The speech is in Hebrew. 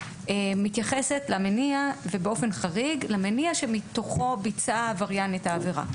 מתייחסת למניע ובאופן חריג למניע שמתוכו ביצע העבריין את העבירה.